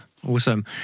Awesome